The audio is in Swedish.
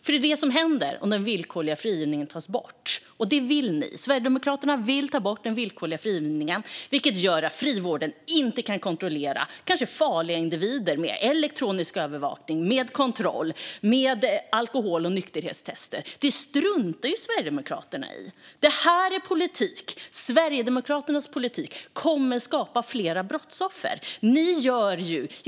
Det är det som händer om den villkorliga frigivningen tas bort, och det vill ni. Sverigedemokraterna vill ta bort den villkorliga frigivningen, vilket gör att frivården inte kan kontrollera kanske farliga individer med elektronisk övervakning, med kontroller och med alkohol och nykterhetstester. Detta struntar ju Sverigedemokraterna i! Sverigedemokraternas politik kommer att skapa fler brottsoffer.